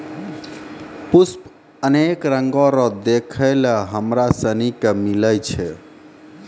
पुष्प अनेक रंगो रो देखै लै हमरा सनी के मिलै छै